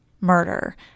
murder